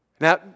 Now